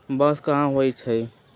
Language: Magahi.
बांस कहाँ होई छई